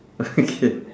okay